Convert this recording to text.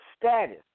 status